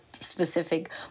specific